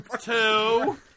Two